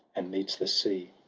and meets the sea.